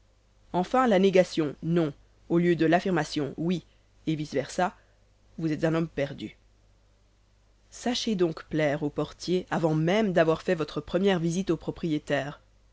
enfin la négation non au lieu de l'affirmation oui et vice versa vous êtes un homme perdu sachez donc plaire au portier avant même d'avoir fait votre première visite au propriétaire